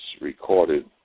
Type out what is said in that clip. recorded